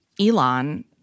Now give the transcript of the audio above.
Elon